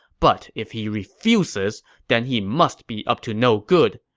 but if he refuses, then he must be up to no good.